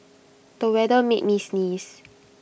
the weather made me sneeze